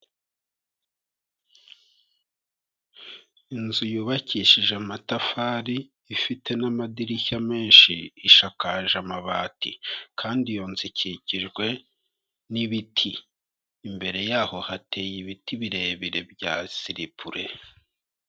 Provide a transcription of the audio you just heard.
Inzu yubakishije amatafari, ifite n'amadirishya menshi, ishakakaje amabati, kandi iyo nzu ikikijwe nibiti, imbere yaho hateye ibiti birebire bya sipure.